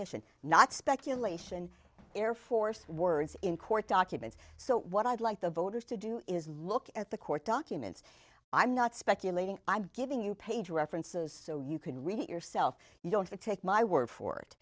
mission not speculation air force words in court documents so what i'd like the voters to do is look at the court documents i'm not speculating i'm giving you page references so you can read it yourself you don't take my word for it